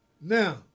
Now